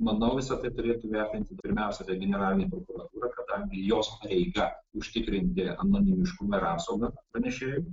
manau visa tai turėtų vertinti pirmiausia generalinė prokuratūra kadangi jos pareiga užtikrinti anonimiškumą ir apsaugą pranešėjui